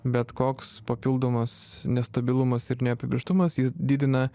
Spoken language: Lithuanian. bet koks papildomas nestabilumas ir neapibrėžtumas jis didina